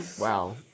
Wow